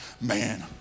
man